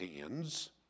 hands